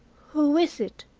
who is it?